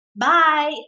bye